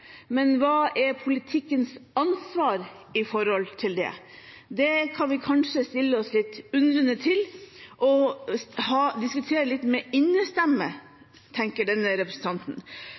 Men hva er politikkens ansvar her? Det kan vi kanskje stille oss litt undrende til og diskutere med innestemme, tenker denne representanten.